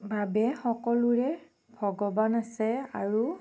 বাবে সকলোৰে ভগৱান আছে আৰু